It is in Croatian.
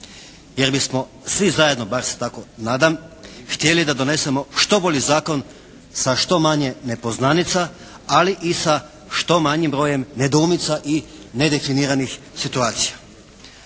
Jer bismo svi zajedno, bar se tako nadam, htjeli da donesemo što bolji zakon sa što manje nepoznanica, ali i sa što manjim brojem nedoumica i nedefiniranih situacija.